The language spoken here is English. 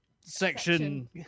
section